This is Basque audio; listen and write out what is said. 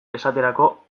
esaterako